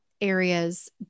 areas